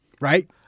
Right